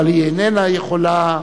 אבל היא איננה יכולה,